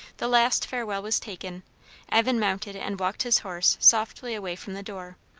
the last farewell was taken evan mounted and walked his horse softly away from the door.